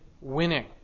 winning